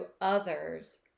others